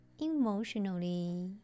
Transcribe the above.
emotionally